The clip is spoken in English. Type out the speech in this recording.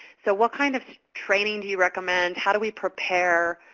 so, what kind of training do you recommend? how do we prepare